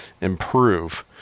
improve